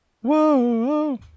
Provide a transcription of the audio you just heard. Whoa